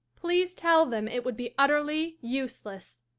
please tell them it would be utterly useless.